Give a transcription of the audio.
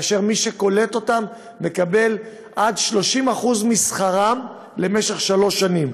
ומי שקולט אותם מקבל עד 30% משכרם למשך שלוש שנים.